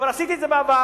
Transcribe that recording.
כבר עשיתי את זה בעבר,